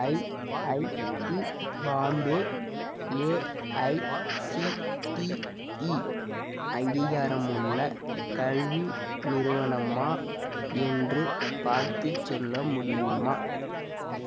IIT Bombay AICTE அங்கீகாரமுள்ள கல்வி நிறுவனமா என்று பார்த்துச் சொல்ல முடியுமா